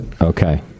Okay